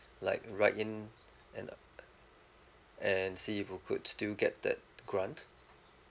like write in and uh and see if we could still get that grant